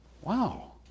Wow